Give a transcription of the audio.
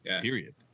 Period